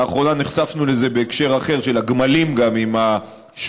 לאחרונה נחשפנו לזה בהקשר אחר של הגמלים גם עם השבב.